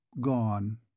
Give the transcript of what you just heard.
gone